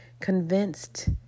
convinced